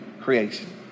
creation